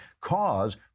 cause